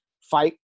fight